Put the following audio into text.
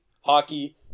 hockey